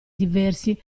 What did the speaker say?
diversi